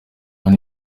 hano